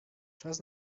czas